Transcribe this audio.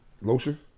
Lotion